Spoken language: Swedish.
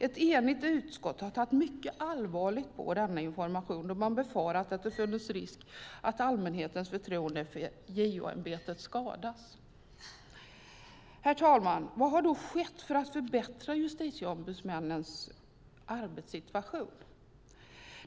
Ett enigt utskott har tagit mycket allvarligt på denna information, och man har befarat att det har funnits risk att allmänhetens förtroende för JO-ämbetet skadats. Herr talman! Vad har då skett för att förbättra Justitieombudsmännens arbetssituation?